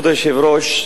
תודה רבה.